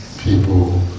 people